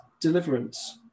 deliverance